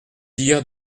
dire